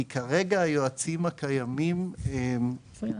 כי היועצים הקיימים עכשיו,